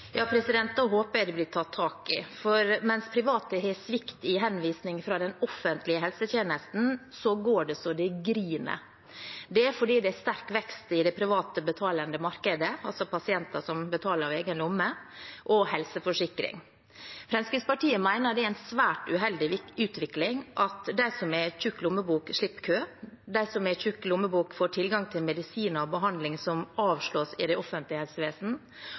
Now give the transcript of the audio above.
håper jeg det blir tatt tak i, for mens private har svikt i henvisninger fra den offentlige helsetjenesten, går de så det griner. Det er fordi det er sterk vekst i det privatbetalende markedet, altså pasienter som betaler av egen lomme, og helseforsikring. Fremskrittspartiet mener det er en svært uheldig utvikling at de som har tjukk lommebok, slipper kø, at de som har tjukk lommebok, får tilgang til medisiner og behandling som avslås i det offentlige